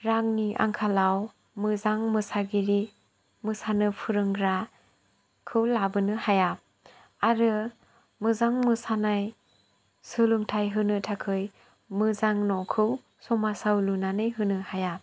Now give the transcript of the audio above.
रांनि आंखालाव मोजां मोसागिरि मोसानो फोरोंग्राखौ लाबोनो हाया आरो मोजां मोसानाय सोलोंथाय होनो थाखै मोजां न'खौ समाजआव लुनानै होनो हाया